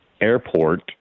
Airport